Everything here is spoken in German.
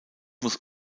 muss